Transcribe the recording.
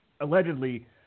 Allegedly